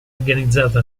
organizzata